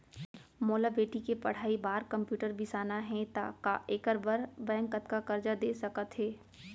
मोला बेटी के पढ़ई बार कम्प्यूटर बिसाना हे त का एखर बर बैंक कतका करजा दे सकत हे?